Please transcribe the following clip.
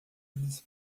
eles